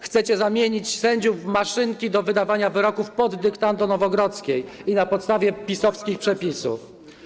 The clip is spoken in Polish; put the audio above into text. Chcecie zamienić sędziów w maszynki do wydawania wyroków pod dyktando Nowogrodzkiej i na podstawie PiS-owskich przepisów.